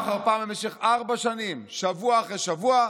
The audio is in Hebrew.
פעם אחר פעם במשך ארבע שנים, שבוע אחרי שבוע,